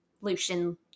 Lucian